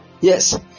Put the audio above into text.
Yes